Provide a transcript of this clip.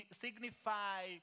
signify